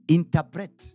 Interpret